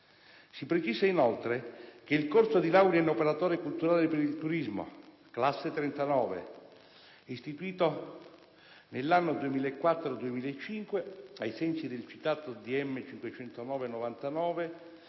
Si precisa, inoltre, che il corso di laurea in operatore culturale per il turismo, classe 39, istituito nell'anno accademico 2004-2005 ai sensi del citato decreto